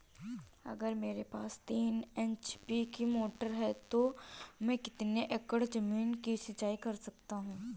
अगर मेरे पास तीन एच.पी की मोटर है तो मैं कितने एकड़ ज़मीन की सिंचाई कर सकता हूँ?